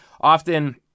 Often